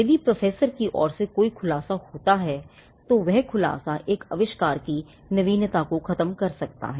यदि प्रोफेसर की ओर से कोई खुलासा होता है तो वह खुलासा एक आविष्कार की नवीनता को ख़त्म कर सकता है